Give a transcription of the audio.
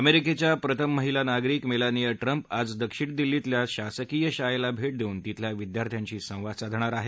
अमेरिकेच्या प्रथम महिला नागरिक मेलानिया ट्रम्प आज दक्षिण दिल्लीतल्या शासकीय शाळेला भेट देऊन तिथल्या विद्यार्थ्याशी संवाद साधणार आहेत